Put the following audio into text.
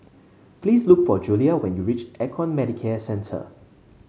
please look for Julia when you reach Econ Medicare Centre